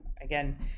again